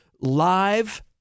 live